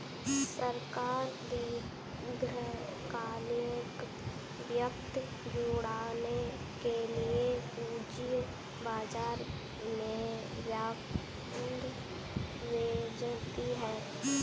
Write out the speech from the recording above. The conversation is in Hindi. सरकार दीर्घकालिक वित्त जुटाने के लिए पूंजी बाजार में बॉन्ड बेचती है